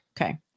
Okay